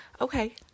Okay